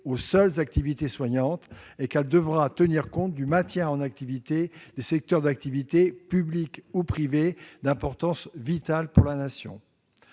aux seules activités soignantes et qu'elle devra tenir compte du maintien en activité de secteurs publics ou privés d'importance vitale pour la Nation,